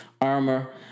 armor